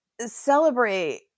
celebrate